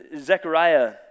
Zechariah